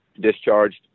discharged